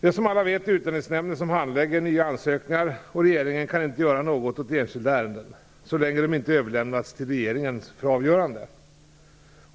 Det är som alla vet Utlänningsnämnden som handlägger nya ansökningar, och regeringen kan inte göra något åt enskilda ärenden så länge de inte överlämnats till regeringens avgörande.